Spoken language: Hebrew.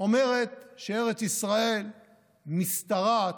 אומרת שארץ ישראל משתרעת